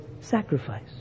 sacrifice